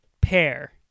pair